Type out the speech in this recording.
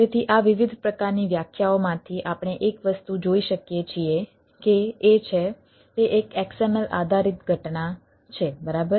તેથી આ વિવિધ પ્રકારની વ્યાખ્યાઓમાંથી આપણે એક વસ્તુ જોઈ શકીએ છીએ કે એ છે તે એક XML આધારિત ઘટના છે બરાબર